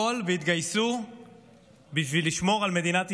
עזבו הכול והתגייסו בשביל לשמור על מדינת ישראל,